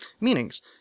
Meanings